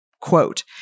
quote